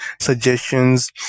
suggestions